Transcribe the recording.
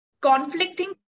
conflicting